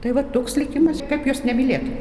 tai va toks likimas kaip jos nemylėt